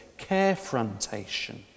carefrontation